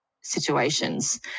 situations